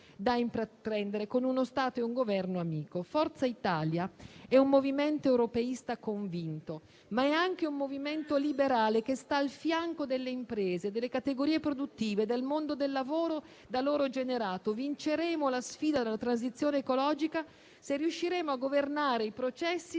da intraprendere, con uno Stato e un Governo amico. Forza Italia è un movimento europeista convinto, ma è anche un movimento liberale, che sta al fianco delle imprese, delle categorie produttive, del mondo del lavoro da loro generato. Vinceremo la sfida della transizione ecologica se riusciremo a governare i processi